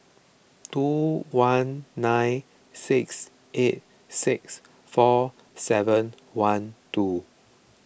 two one nine six eight six four seven one two